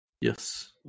Yes